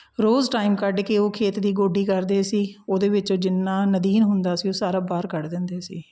ਰੋਜ਼ time ਕੱਢ ਕੇ ਉਹ ਖੇਤ ਦੀ ਗੋਡੀ ਕਰਦੇ ਸੀ ਉਹਦੇ ਵਿੱਚ ਜਿੰਨਾ ਨਦੀਨ ਹੁੰਦਾ ਸੀ ਉਹ ਸਾਰਾ ਬਾਹਰ ਕੱਢ ਦਿੰਦੇ ਸੀ